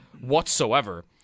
whatsoever